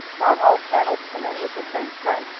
not all channels come in with the same strength,